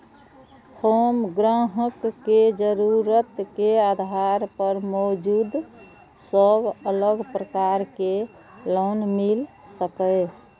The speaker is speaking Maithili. हम ग्राहक के जरुरत के आधार पर मौजूद सब अलग प्रकार के लोन मिल सकये?